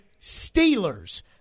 Steelers